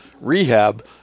rehab